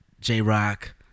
J-Rock